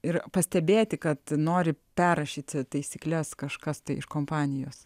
ir pastebėti kad nori perrašyti taisykles kažkas iš kompanijos